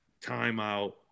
timeout